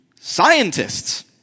scientists